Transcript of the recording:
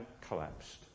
collapsed